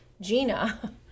gina